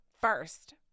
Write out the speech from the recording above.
first